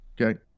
Okay